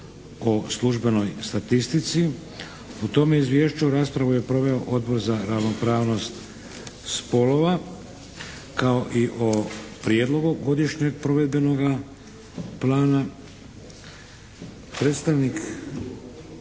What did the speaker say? o službenoj statistici. O tome izvješću raspravu je proveo Odbor za ravnopravnost spolova kao i o Prijedlogu godišnjeg provedbenog plana.